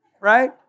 right